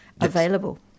available